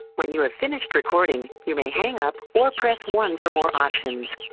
when you have finished recording, you may hang up or press one for more options.